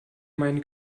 meine